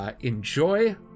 Enjoy